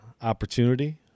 opportunity